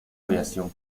aviación